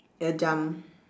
it'll jump